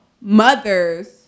mothers